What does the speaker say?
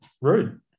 rude